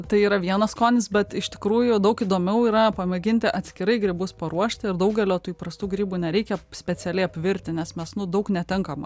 tai yra vienas skonis bet iš tikrųjų daug įdomiau yra pamėginti atskirai grybus paruošti ir daugelio tų įprastų grybų nereikia specialiai apvirti nes mes nu daug netenkam